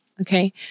Okay